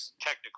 technically